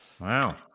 Wow